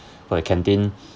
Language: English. for the canteen